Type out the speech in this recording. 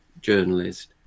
journalist